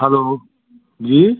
hello जी